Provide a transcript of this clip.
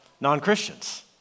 non-Christians